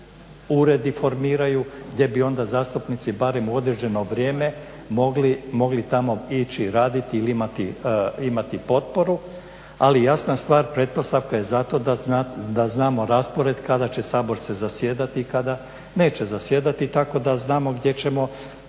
uredi formiraju gdje bi onda zastupnici barem određeno vrijeme mogli tamo ići raditi ili imati potporu. Ali jasna stvar, pretpostavka je zato da znamo raspored kada će Sabor zasjedati i kada neće zasjedati tako da znamo gdje ćemo